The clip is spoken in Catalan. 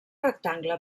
rectangle